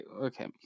okay